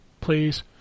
please